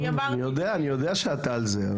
אני יודע שאת על זה.